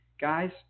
Guys